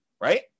right